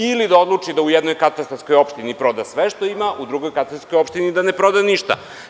Ili da odluči da u jednoj katastarskoj opštini proda sve što ima, u drugoj katastarskoj opštini da ne proda ništa.